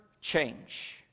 change